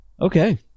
Okay